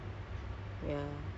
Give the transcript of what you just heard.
uh